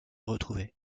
retrouvé